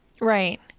Right